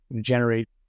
generate